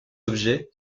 objet